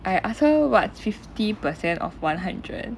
I ask her what's fifty percent of one hundred